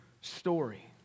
story